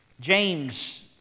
James